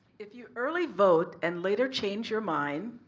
if you early vote and later change your mind,